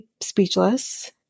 speechless